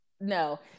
No